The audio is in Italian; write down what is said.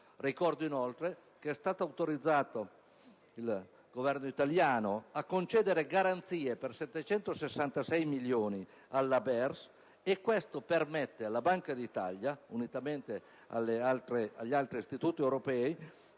Ricordo inoltre che il Governo italiano è stato autorizzato a concedere garanzie per 766 milioni alla BERS, e questo permette alla Banca d'Italia, unitamente agli altri Istituti europei,